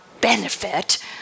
benefit